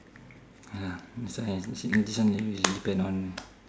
ya this one is actually this one usually depend on